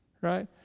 Right